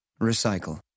Recycle